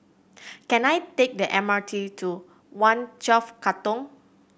can I take the M R T to One Twelve Katong